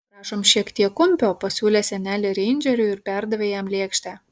prašom šiek tiek kumpio pasiūlė senelė reindžeriui ir perdavė jam lėkštę